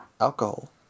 alcohol